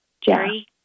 Jerry